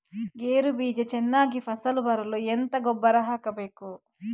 ಗೇರು ಬೀಜ ಚೆನ್ನಾಗಿ ಫಸಲು ಬರಲು ಎಂತ ಗೊಬ್ಬರ ಹಾಕಬೇಕು?